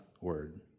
word